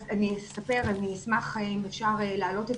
תמי, אפשר להעלות את